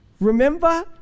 remember